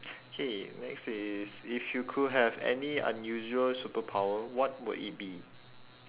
K next is if you could have any unusual superpower what would it be